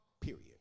Period